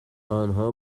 آنها